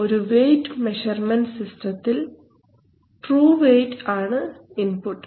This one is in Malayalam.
ഒരു വെയിറ്റ് മെഷർമെൻറ് സിസ്റ്റത്തിൽ ട്രൂ വെയിറ്റ് ആണ് ഇൻപുട്ട്